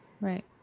Right